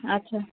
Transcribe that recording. আচ্ছা